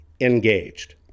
engaged